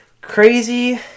Crazy